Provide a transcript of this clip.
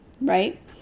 right